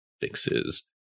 fixes